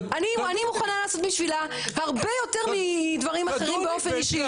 אני מוכנה לעשות בשבילה הרבה יותר מדברים אחרים באופן אישי.